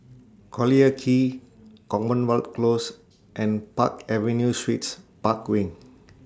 Collyer Quay Commonwealth Close and Park Avenue Suites Park Wing